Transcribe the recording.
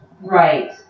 right